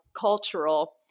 cultural